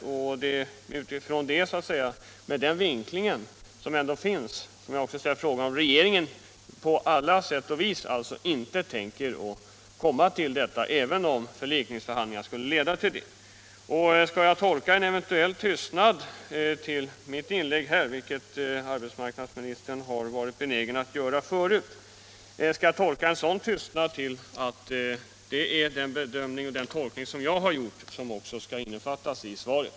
Min följdfråga med anledning av den vinkling som finns i svaret blir om regeringen inte tänker försämra de sociala förmånerna, även om förlikningsförhandlingarna skulle ha ett sådant innehåll. Får jag tolka en eventuell tystnad efter mitt inlägg här — arbetsmarknadsministern har varit benägen att gå till väga så tidigare — på det sättet att den bedömning som jag har gjort också skall innefattas i svaret?